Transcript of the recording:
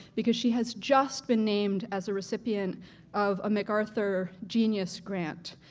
because she has just been named as a recipient of a macarthur genius grant.